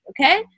Okay